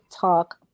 Talk